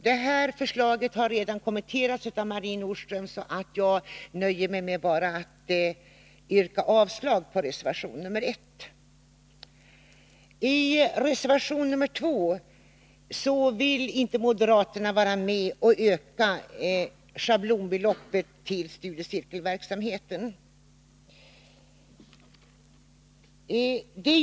Det förslaget har redan kommenterats av Marie Nordström, så jag nöjer mig med att yrka avslag på reservation nr Rs I reservation nr 2 vill inte moderaterna vara med och öka schablonbeloppet till studiecirkelverksamheten.